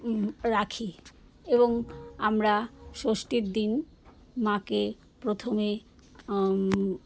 রাখি এবং আমরা ষষ্ঠীর দিন মাকে প্রথমে